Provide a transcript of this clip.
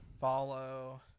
follow